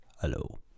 hello